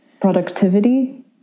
productivity